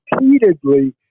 repeatedly